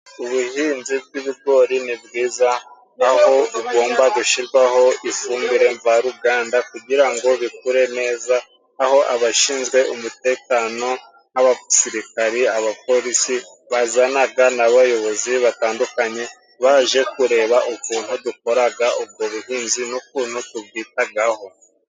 Ubuhinzi bw'ibigori ni bwiza, aho bugomba gushyirwaho ifumbire mvaruganda kugira ngo bikure neza, aho abashinzwe umutekano nk'abasirikari, abapolisi bazanaga n'abayobozi batandukanye, baje kureba ukuntu dukoraga ubwo buhinzi n'ukuntu tubwitagaho.